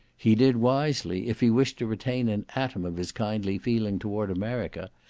he did wisely, if he wished to retain an atom of his kindly feeling toward america,